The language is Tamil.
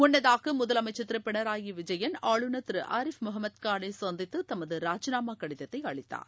முன்னதாக முதலமைச்சர் திரு பினராயி விஜயன் ஆளுநர் திரு ஆரிப் முகமது கானை சந்தித்து தமது ராஜிநாமா கடிதத்தை அளித்தார்